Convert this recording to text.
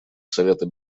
совета